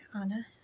Anna